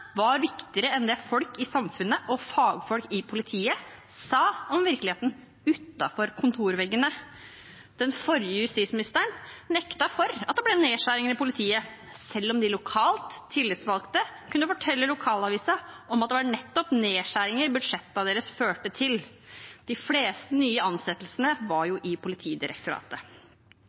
var viktigere enn det folk i samfunnet og fagfolk i politiet sa om virkeligheten utenfor kontorveggene. Den forrige justisministeren nektet for at det ble nedskjæringer i politiet, selv om de lokalt tillitsvalgte kunne fortelle lokalavisen at det var nettopp nedskjæringer budsjettene deres førte til. De fleste nye ansettelsene var jo i Politidirektoratet.